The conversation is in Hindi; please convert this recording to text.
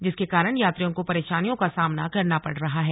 जिसके कारण यात्रियों को परेशानियों का सामना करना पड़ रहा है